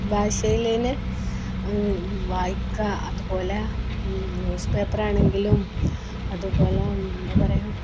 ഭാഷയില് തന്നെ വായിക്കുക അതുപോലെ ന്യൂസ് പേപ്പറാണെങ്കിലും അതുപോലെ എന്താണ് പറയുക